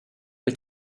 wyt